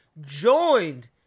Joined